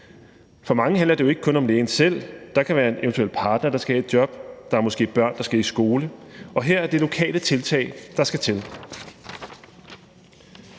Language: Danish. For mange handler det jo ikke kun om lægen selv, for der kan være en eventuel partner, der skal have et job, der er måske børn, der skal i skole, og her er det lokale tiltag, der skal til.